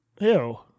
Ew